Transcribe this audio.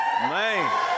Man